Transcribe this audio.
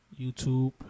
YouTube